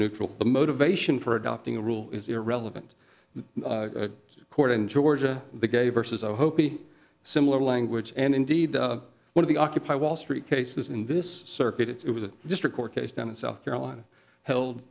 neutral the motivation for adopting a rule is irrelevant the court in georgia the gay versus hopi similar language and indeed one of the occupy wall street cases in this circuit it was a district court case down in south carolina held